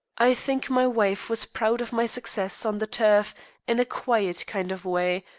i think my wife was proud of my successes on the turf in a quiet kind of way,